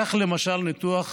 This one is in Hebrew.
כך למשל, מניתוח